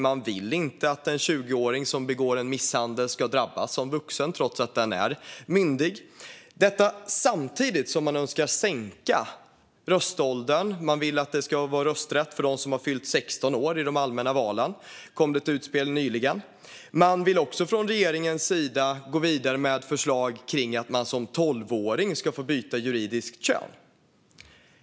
De vill inte att en 20-åring som begår misshandel ska straffas som vuxen trots att den är myndig. Samtidigt önskar Miljöpartiet sänka röståldern. Det kom nyligen ett utspel om att de vill att det ska vara rösträtt i de allmänna valen för dem som har fyllt 16 år. Man vill också från regeringens sida gå vidare med ett förslag om att 12-åringar ska få byta juridiskt kön.